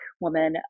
woman